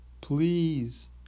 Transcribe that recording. Please